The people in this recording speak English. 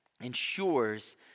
ensures